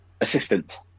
assistance